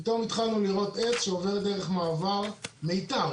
פתאום התחלנו לראות עץ שעובר דרך מעבר מיתר,